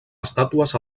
estàtues